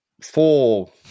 four